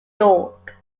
york